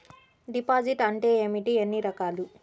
Deposit అంటే ఏమిటీ ఎన్ని రకాలు?